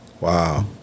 Wow